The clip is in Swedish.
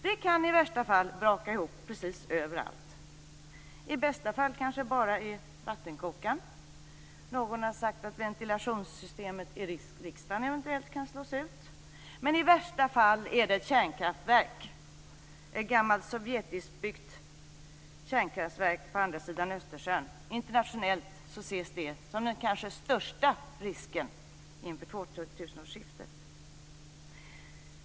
Det kan i värsta fall braka ihop precis överallt - i bästa fall bara i vattenkokaren. Någon har sagt att ventilationssystemet i riksdagen eventuellt kan slås ut, men i värsta fall är det ett kärnkraftverk, ett gammalt sovjetiskt byggt kärnkraftverk på andra sidan Östersjön. Internationellt ses det som den kanske största risken inför 2000-årsskiftet.